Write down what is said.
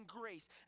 grace